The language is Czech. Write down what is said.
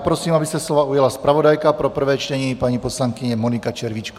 Prosím, aby se slova ujala zpravodajka pro prvé čtení, paní poslankyně Monika Červíčková.